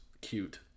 cute